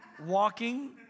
Walking